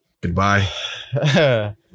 Goodbye